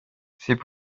c’est